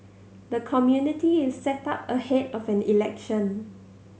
the community is set up ahead of an election